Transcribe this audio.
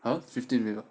!huh! fifteen minute